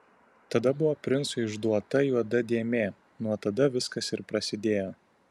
tada buvo princui išduota juoda dėmė nuo tada viskas ir prasidėjo